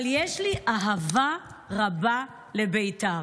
אבל יש לי אהבה רבה לבית"ר,